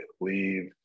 leave